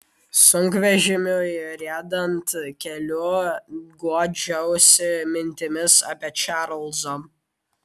sunkvežimiui riedant keliu guodžiausi mintimis apie čarlzą